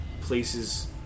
places